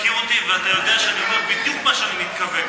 אתה מכיר אותי ואתה יודע שאני אומר בדיוק מה שאני מתכוון.